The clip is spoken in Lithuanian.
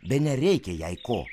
be nereikia jei ko